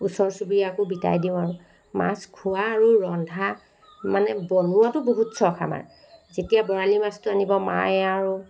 ওচৰ চুবুৰীয়াকো বিটাই দিওঁ আৰু মাছ খোৱা আৰু ৰন্ধা মানে বনোৱাটো বহুত চখ আমাৰ যেতিয়া বৰালি মাছটো আনিব মায়ে আৰু